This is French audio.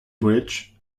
bridge